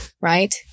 right